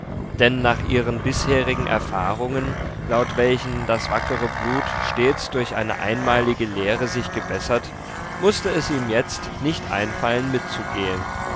denn nach ihren bisherigen erfahrungen laut welchen das wackere blut stets durch eine einmalige lehre sich gebessert mußte es ihm jetzt nicht einfallen mitzugehen